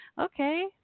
Okay